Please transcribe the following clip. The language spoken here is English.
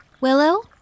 Willow